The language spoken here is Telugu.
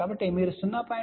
కాబట్టి మీరు 0